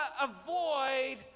avoid